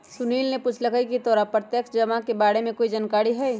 सुनील ने पूछकई की तोरा प्रत्यक्ष जमा के बारे में कोई जानकारी हई